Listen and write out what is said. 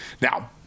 Now